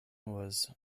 was